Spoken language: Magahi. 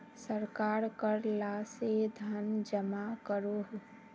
सरकार कर ला से धन जमा करोह